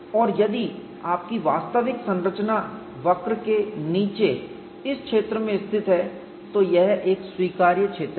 और यदि आपकी वास्तविक संरचना वक्र के नीचे इस क्षेत्र में स्थित है तो यह एक स्वीकार्य क्षेत्र है